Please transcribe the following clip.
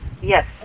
yes